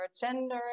gender